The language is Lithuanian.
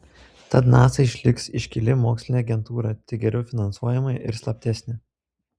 tad nasa išliks iškili mokslinė agentūra tik geriau finansuojama ir slaptesnė